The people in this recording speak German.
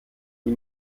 die